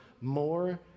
more